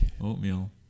oatmeal